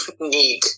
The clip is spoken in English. need